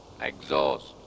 Exhaust